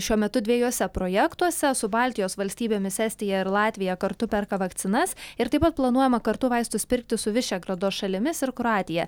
šiuo metu dviejuose projektuose su baltijos valstybėmis estija ir latvija kartu perka vakcinas ir taip pat planuojama kartu vaistus pirkti su višegrado šalimis ir kroatija